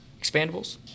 expandables